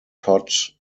todd